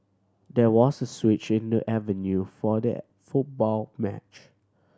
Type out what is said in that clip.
there was switch in the avenue for the football match